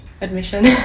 admission